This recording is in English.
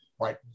Right